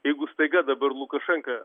jeigu staiga dabar lukašenka